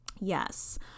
Yes